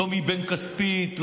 לא מבן כספית,